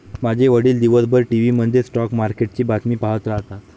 माझे वडील दिवसभर टीव्ही मध्ये स्टॉक मार्केटची बातमी पाहत राहतात